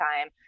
time